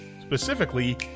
specifically